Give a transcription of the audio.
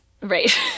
Right